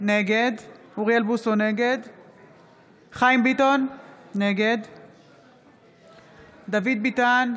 נגד חיים ביטון, נגד דוד ביטן,